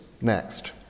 Next